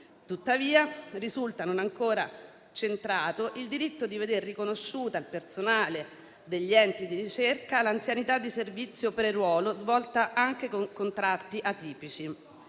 Tuttavia, risulta non ancora centrato il diritto di veder riconosciuta, al personale degli enti di ricerca, l'anzianità di servizio pre-ruolo svolta anche con contratti atipici.